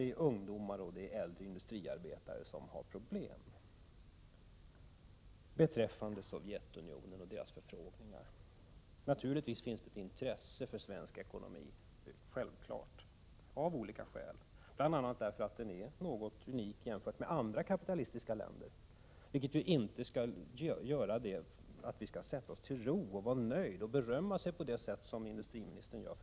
Det är ungdomar och äldre industriarbetare som har problem. Beträffande Sovjetunionen och deras förfrågningar: Naturligtvis finns det av olika skäl ett intresse där för svensk ekonomi, — bl.a. därför att den är ganska unik jämfört med andra kapitalistiska länder. Men det får inte betyda att man sätter sig till ro och berömmer sig på det sätt som industriministern gör.